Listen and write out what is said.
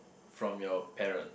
from your parent